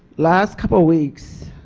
last couple weeks